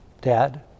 Dad